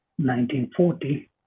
1940